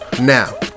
Now